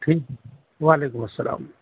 ٹھیک وعلیکم السّلام